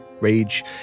rage